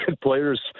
players